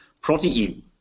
protein